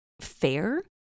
fair